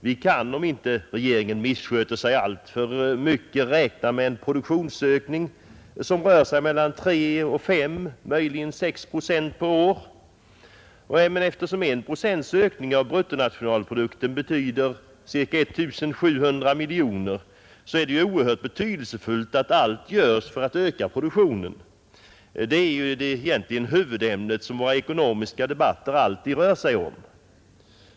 Vi kan, om inte regeringen missköter sig alltför mycket, räkna med en produktionsökning som rör sig mellan tre och fem, möjligen sex procent per år. Eftersom en procents ökning av bruttonationalprodukten betyder ca 1700 miljoner kronor är det oerhört betydelsefullt att allt göres för att öka vår produktion. Detta är det ena huvudämnet som våra ekonomiska debatter alltid rör sig om.